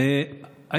תודה.